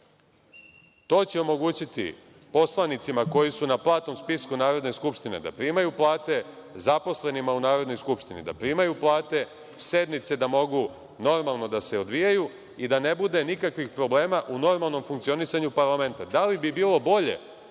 To će omogućiti poslanicima, koji su na platnom spisku Narodne skupštine da primaju plate, zaposlenima u Narodnoj skupštini da primaju plate, sednice da mogu da se odvijaju i da ne bude nikakvih problema u normalnom funkcionisanju parlamenta. Da li bi bilo bolje